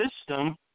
system